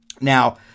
Now